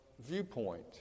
viewpoint